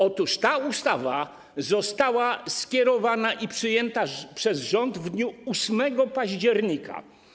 Otóż ta ustawa została skierowana i przyjęta przez rząd w dniu 8 października.